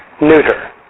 neuter